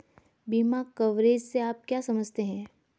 बीमा कवरेज से आप क्या समझते हैं?